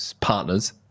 partners